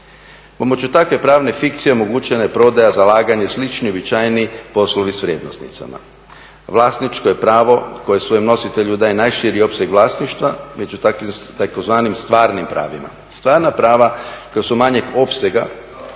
Pomoću takve pravne fikcije omogućena je prodaja, zalaganje i slični uobičajeni poslovi sa vrijednosnicama. Vlasničko je pravo koje svojem nositelju daje najširi opseg vlasništva među tzv. stvarnim pravima. Stvarna prava koja su manjeg opsega